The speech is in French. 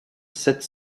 sept